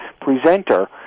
presenter